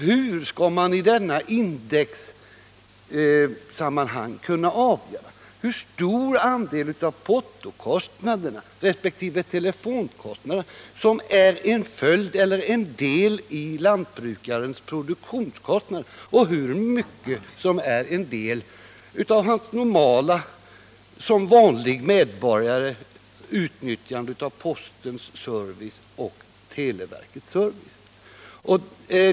Hur skall man i detta indexsammanhang kunna avgöra hur stor del av portokostnaderna resp. telefonkostnaderna som hör till en lantbrukares produktionskostnader och hur mycket som hör till hans normala utnyttjande av postens och televerkets service som vanlig medborgare?